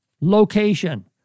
location